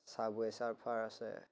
চাবৱে ছাৰফাৰ আছে